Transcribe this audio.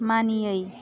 मानियै